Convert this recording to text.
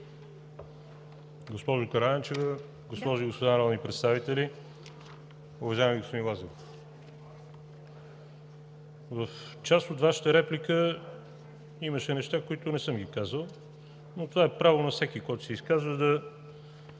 Госпожо Караянчева, госпожи и господа народни представители! Уважаеми господин Лазаров, в част от Вашата реплика имаше неща, които не съм ги казал, но е право на всеки, който се изказва, да